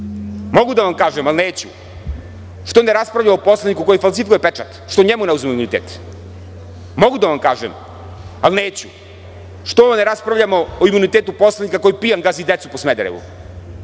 Mogu da vam kažem, ali neću – što ne raspravljamo o poslaniku koji falsifikuje pečat, što njemu ne oduzmemo imunitet. Mogu da vam kažem, ali neću – što ne raspravljamo o imunitetu poslanika koji pijan gazi decu po Smederevu.